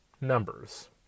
numbers